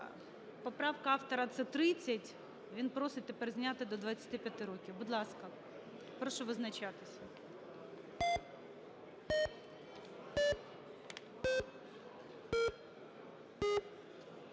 Поправка автора – це 30, він просить тепер зняти, до 25 років. Будь ласка, прошу визначатись.